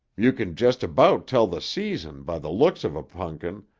you can just about tell the season by the looks of a punkin,